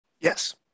yes